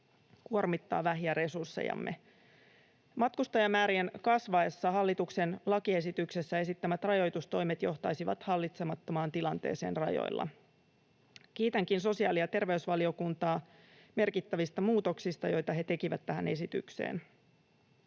kuormittavat vähiä resurssejamme. Matkustajamäärien kasvaessa hallituksen lakiesityksessä esittämät rajoitustoimet johtaisivat hallitsemattomaan tilanteeseen rajoilla. Kiitänkin sosiaali- ja terveysvaliokuntaa merkittävistä muutoksista, joita se teki tähän esitykseen.